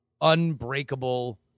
unbreakable